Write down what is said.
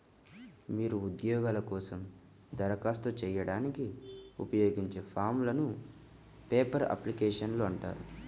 మీరు ఉద్యోగాల కోసం దరఖాస్తు చేయడానికి ఉపయోగించే ఫారమ్లను పేపర్ అప్లికేషన్లు అంటారు